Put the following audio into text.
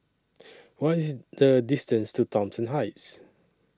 What IS The distance to Thomson Heights